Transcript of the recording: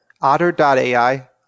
otter.ai